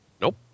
Nope